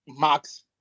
Max